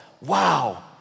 wow